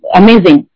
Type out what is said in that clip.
amazing